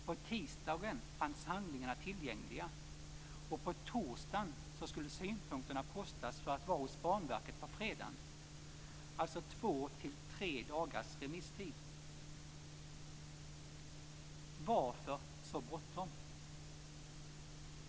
På tisdagen fanns handlingarna tillgängliga, och på torsdagen skulle synpunkterna postas för att vara hos Banverket på fredagen. Man fick alltså två till tre dagars remisstid. Varför så bråttom?